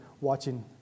watching